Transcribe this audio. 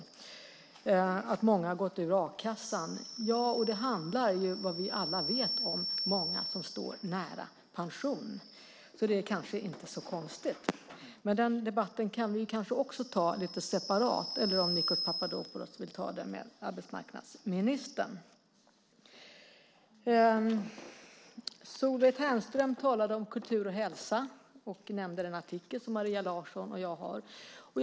Han säger att många har gått ur a-kassan. Vi vet alla att det handlar om många som står nära pension, så det kanske inte är så konstigt. Men den debatten kan vi kanske också ta lite separat, eller om Nikos Papadopoulos vill ta den med arbetsmarknadsministern. Solveig Ternström talade om kultur och hälsa och nämnde den artikel som Maria Larsson och jag har skrivit.